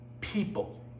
people